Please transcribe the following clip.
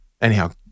Anyhow